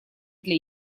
для